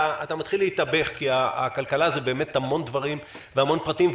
אתה מתחיל להסתבך כי הכלכלה זה באמת המון דברים והמון פרטים.